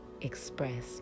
express